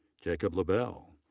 jacob labelle.